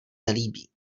nelíbí